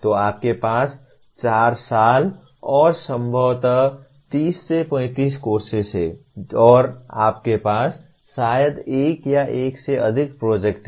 तो आपके पास 4 साल और संभवतः 30 35 कोर्सेस हैं और आपके पास शायद एक या एक से अधिक प्रोजेक्ट हैं